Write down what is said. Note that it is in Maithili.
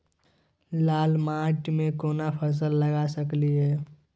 लाल माटी में केना फसल लगा सकलिए?